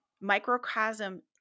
microcosm